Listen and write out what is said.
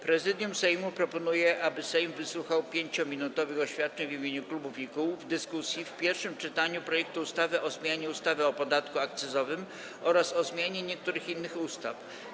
Prezydium Sejmu proponuje, aby Sejm wysłuchał 5-minutowych oświadczeń w imieniu klubów i kół w dyskusji w pierwszym czytaniu projektu ustawy o zmianie ustawy o podatku akcyzowym oraz o zmianie niektórych innych ustaw.